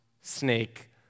snake